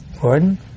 Gordon